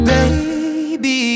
Baby